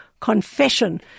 confession